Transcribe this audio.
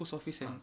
post office sia